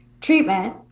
treatment